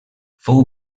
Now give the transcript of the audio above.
fou